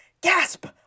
gasp